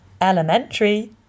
Elementary